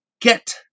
get